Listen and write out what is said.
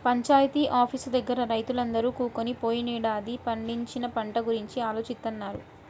panchayat office దగ్గర రైతులందరూ కూకొని పోయినేడాది పండించిన పంట గురించి ఆలోచిత్తన్నారు